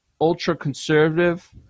ultra-conservative